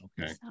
Okay